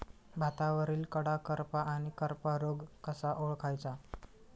भातावरील कडा करपा आणि करपा रोग कसा ओळखायचा?